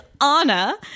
Anna